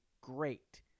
great